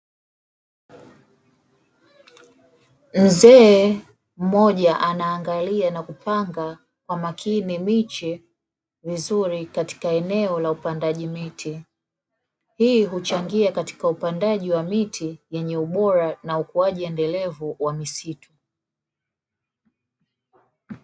Mzee mmoja anaangalia na kupanga kwa makini miche vizuri katika eneo la upandaji miti, hii huchangia katika upandaji wa miti yenye ubora na ukuaji endelevu wa misitu.